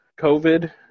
COVID